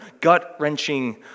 gut-wrenching